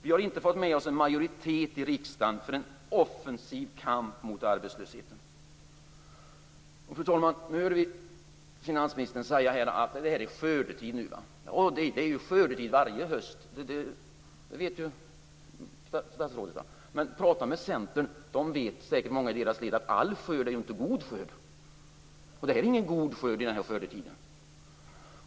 Vi har inte fått med oss en majoritet i riksdagen för en offensiv kamp mot arbetslösheten. Fru talman! Vi hörde finansministern säga att det är skördetid nu. Det är ju skördetid varje höst. Det vet ju statsrådet. Men jag tycker att statsrådet skall prata med Centern. Många i deras led vet säkert att all skörd inte är god skörd, och detta är ingen god skörd i denna skördetid.